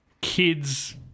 kids